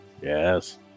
Yes